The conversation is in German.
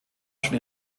schon